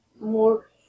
more